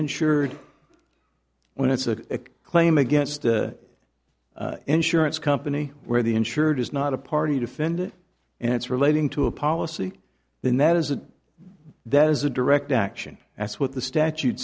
insured when it's a claim against the insurance company where the insured is not a party defendant and it's relating to a policy then that isn't that as a direct action that's what the statute